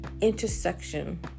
intersection